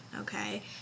Okay